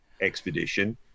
expedition